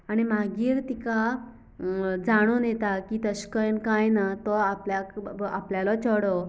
आनी मागीर तिका जाणून येता की तशें कन्न कांय ना तो आपल्याक आपल्यालो चेडो